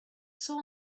saw